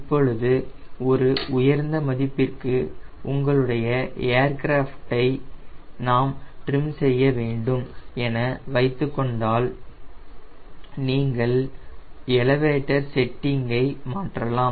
இப்பொழுது ஒரு உயர்ந்த மதிப்பிற்கு உங்களுடைய ஏர்கிராஃப்டை நாம் ட்ரிம் செய்ய வேண்டும் என வைத்துக்கொண்டால் நீங்கள் எலவேட்டர் செட்டிங்கை மாற்றலாம்